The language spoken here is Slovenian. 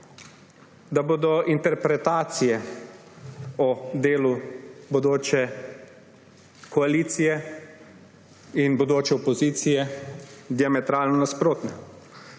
ter bodo interpretacije o delu bodoče koalicije in bodoče opozicije diametralno nasprotne.